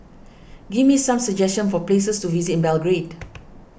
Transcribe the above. give me some suggestions for places to visit in Belgrade